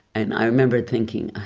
and i remember thinking, i